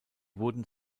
wurden